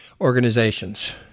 organizations